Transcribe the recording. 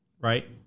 right